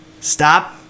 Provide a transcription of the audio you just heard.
stop